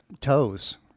toes